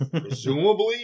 Presumably